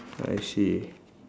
I see